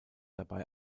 dabei